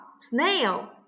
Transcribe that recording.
snail